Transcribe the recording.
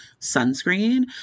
sunscreen